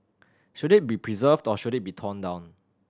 should it be preserved or should it be torn down